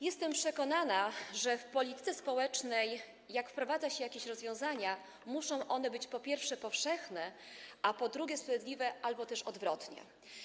Jestem przekonana, że w polityce społecznej, jak wprowadza się jakieś rozwiązania, muszą one być, po pierwsze, powszechne, a po drugie, sprawiedliwe albo też odwrotnie.